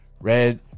Red